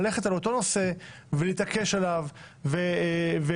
ללכת על אותו נושא ולהתעקש עליו ולהגיד